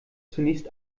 zunächst